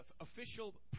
official